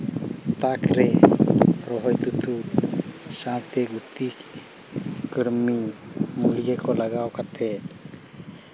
ᱛᱟᱠᱨᱮ ᱥᱟᱶᱛᱮ ᱜᱩᱛᱤ ᱠᱟᱹᱬᱢᱤ ᱢᱩᱞᱭᱟᱹ ᱠᱚ ᱞᱟᱜᱟᱣ ᱠᱟᱛᱮᱫ